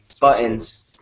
buttons